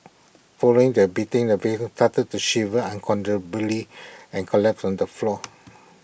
following the beating the victim started to shiver uncontrollably and collapsed on the floor